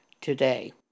today